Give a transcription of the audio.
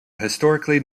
historically